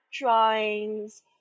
drawings